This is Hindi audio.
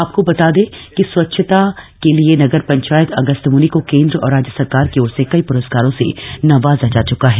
आपको बता दें कि स्वच्छता के लिए नगर पंचायत अगस्त्यमुनि को केंद्र और राज्य सरकार की ओर से कई प्रस्कारों से नवाजा जा च्का है